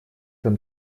там